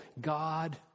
God